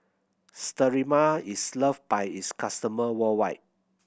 Sterimar is loved by its customer worldwide